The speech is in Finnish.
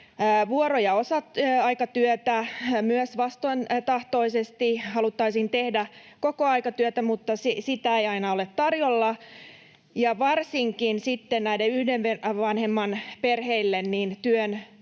vuoro- ja osa-aikatyötä myös vastentahtoisesti. Haluttaisiin tehdä kokoaikatyötä, mutta sitä ei aina ole tarjolla. Varsinkin sitten näiden yhden vanhemman perheille työn